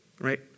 right